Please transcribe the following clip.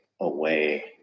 away